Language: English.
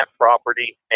property